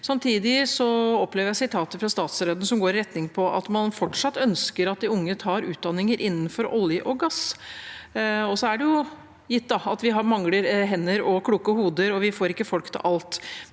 Samtidig opplever jeg uttalelsen fra statsråden i retning av at man fortsatt ønsker at de unge tar utdanninger innenfor olje og gass. Gitt at vi mangler hender og kloke hoder og får ikke folk til alt,